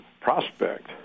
prospect